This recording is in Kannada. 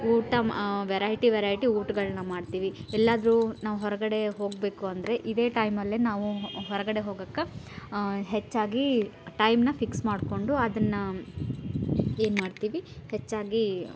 ಊಟ ಮ ವೆರೈಟಿ ವೆರೈಟಿ ಊಟಗಳನ್ನ ಮಾಡ್ತೀವಿ ಎಲ್ಲಾದರೂ ನಾವು ಹೊರಗಡೆ ಹೋಗಬೇಕು ಅಂದರೆ ಇದೇ ಟೈಮಲ್ಲೇ ನಾವು ಹೊರಗಡೆ ಹೋಗೋಕೆ ಹೆಚ್ಚಾಗಿ ಟೈಮನ್ನ ಫಿಕ್ಸ್ ಮಾಡಿಕೊಂಡು ಅದನ್ನು ಏನ್ಮಾಡ್ತೀವಿ ಹೆಚ್ಚಾಗಿ